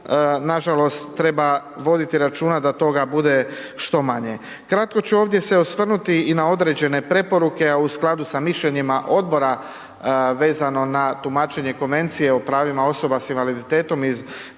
nažalost, treba voditi računa da toga bude što manje. Kratko ću ovdje se osvrnuti i na određene preporuke, a u skladu sa mišljenjima odbora vezano na tumačenje Konvencije o pravima osoba s invaliditetom iz 2015.g.